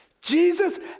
Jesus